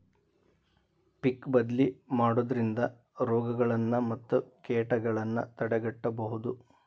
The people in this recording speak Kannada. ಪಿಕ್ ಬದ್ಲಿ ಮಾಡುದ್ರಿಂದ ರೋಗಗಳನ್ನಾ ಮತ್ತ ಕೇಟಗಳನ್ನಾ ತಡೆಗಟ್ಟಬಹುದು